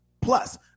plus